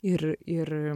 ir ir